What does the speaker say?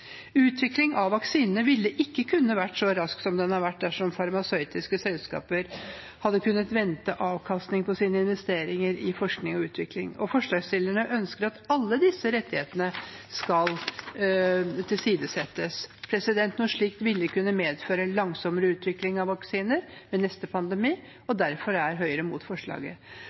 ville ikke kunnet være så rask som den har vært, dersom farmasøytiske selskaper ikke hadde kunnet vente avkastning på sine investeringer i forskning og utvikling, og forslagsstillerne ønsker at alle disse rettighetene skal tilsidesettes. Noe slikt ville kunne medført langsommere utvikling av vaksiner ved neste pandemi, og derfor er Høyre mot forslaget.